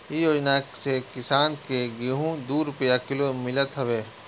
इ योजना से किसान के गेंहू दू रूपिया किलो मितल हवे